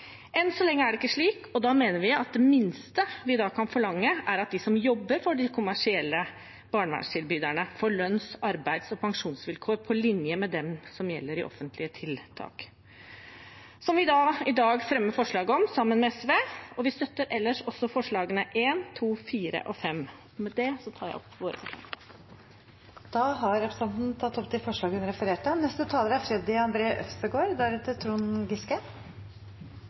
Enn så lenge er det ikke slik. Da mener vi at det minste vi kan forlange, er at de som jobber for de kommersielle barnevernstilbyderne, får lønns-, arbeids- og pensjonsvilkår på linje med det som gjelder i offentlige tiltak. Det fremmer vi da i dag forslag om, sammen med SV. Vi er ellers også med på å fremme forslagene nr. 1, 2, 4 og 5. Med det tar jeg opp våre forslag. Representanten Åslaug Sem-Jacobsen har tatt opp de forslagene hun refererte